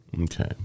Okay